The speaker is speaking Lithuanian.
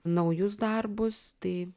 naujus darbus tai